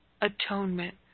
atonement